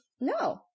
No